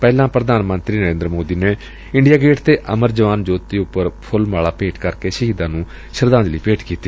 ਪਹਿਲਾਂ ਪ੍ਰਧਾਨ ਮੰਤਰੀ ਨਰੇਂਦਰ ਮੋਦੀ ਨੇ ਇੰਡੀਆ ਗੇਟ ਤੇ ਅਮਰ ਜਵਾਨ ਜਯੋਤੀ ਉਪਰ ਫੁੱਲ ਮਾਲਾ ਭੇਟ ਕਰਕੇ ਸ਼ਹੀਦਾਂ ਨੂੰ ਸ਼ਰਧਾਂਜਲੀ ਭੇਟ ਕੀਤੀ